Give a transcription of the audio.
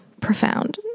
profound